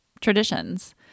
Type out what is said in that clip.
traditions